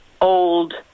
old